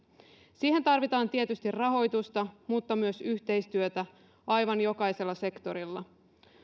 siihen tarvitaan tietysti rahoitusta mutta myös yhteistyötä aivan jokaisella sektorilla